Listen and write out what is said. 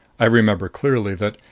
i remember clearly that,